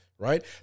Right